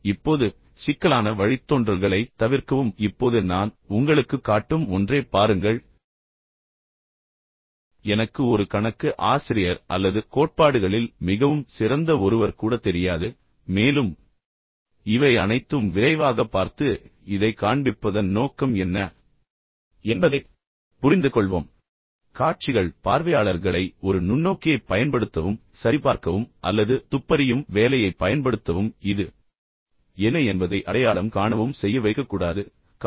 இப்போது சிக்கலான வழித்தோன்றல்களைத் தவிர்க்கவும் இப்போது நான் உங்களுக்குக் காட்டும் ஒன்றைப் பாருங்கள் எனக்கு ஒரு கணக்கு ஆசிரியர் அல்லது கோட்பாடுகளில் மிகவும் சிறந்த ஒருவர் கூட தெரியாது மேலும் இவை அனைத்தும் விரைவாகப் பார்த்து இதைக் காண்பிப்பதன் நோக்கம் என்ன என்பதைப் புரிந்துகொள்வோம் காட்சிகள் பார்வையாளர்களை ஒரு நுண்ணோக்கியைப் பயன்படுத்தவும் சரிபார்க்கவும் அல்லது துப்பறியும் வேலையைப் பயன்படுத்தவும் இது என்ன என்பதை அடையாளம் காணவும் செய்ய வைக்கக்கூடாது பின்னர் இந்த விஷயத்தைச் செய்ய வேண்டாம்